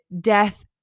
death